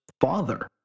father